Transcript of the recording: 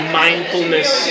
mindfulness